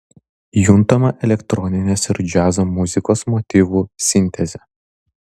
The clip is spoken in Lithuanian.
juntama elektroninės ir džiazo muzikos motyvų sintezė